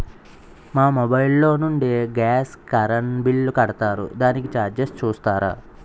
మా మొబైల్ లో నుండి గాస్, కరెన్ బిల్ కడతారు దానికి చార్జెస్ చూస్తారా?